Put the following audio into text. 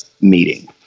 meeting